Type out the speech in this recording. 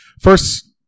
first